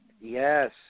Yes